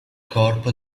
corpo